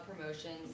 promotions